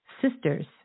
Sisters